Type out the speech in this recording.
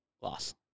Loss